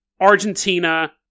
Argentina